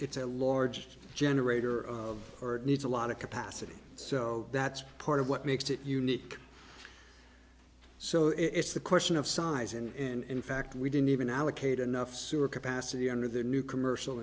it's a large generator or needs a lot of capacity so that's part of what makes it unique so it's the question of size in fact we didn't even allocate enough sewer capacity under the new commercial